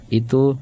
itu